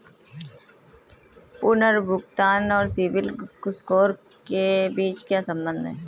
पुनर्भुगतान और CIBIL score के बीच क्या संबंध है?